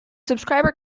subscriber